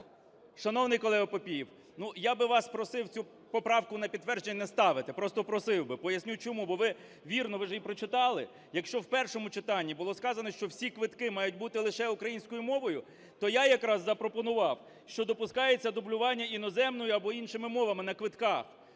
Шановний колего, Папієв, ну я би вас просив цю поправку на підтвердження не ставити, просто просив би. Поясню чому. Бо ви вірно, ви ж її прочитали. Якщо в першому читанні було сказано, що всі квитки мають бути лише українською мовою, то я якраз запропонував, що допускається дублювання іноземною або іншими мовами на квитках.